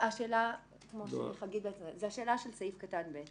השאלה של חגית זה השאלה של סעיף קטן (ב).